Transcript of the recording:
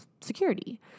security